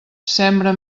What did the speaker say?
sembra